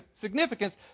significance